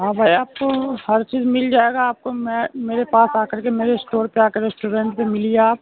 ہاں بھائی آپ کو ہر چیز مل جائے گا آپ کو میں میرے پاس آ کر کے میرے اسٹور پہ آ کر ریسٹورینٹ پہ ملیے آپ